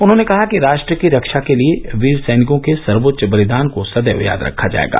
उन्होंने कहा राष्ट्र की रक्षा के लिए वीर सैनिकों के सर्वोच्च बलिदान को सदैव याद रखा जाएगा